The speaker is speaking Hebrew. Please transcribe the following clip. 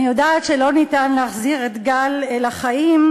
אני יודעת שלא ניתן להחזיר את גל לחיים,